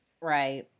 Right